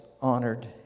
honored